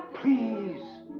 please!